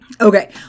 Okay